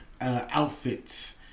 outfits